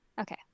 okay